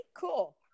Cool